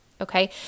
okay